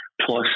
plus